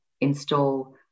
install